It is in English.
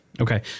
Okay